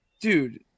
dude